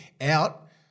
out